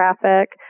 traffic